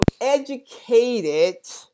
educated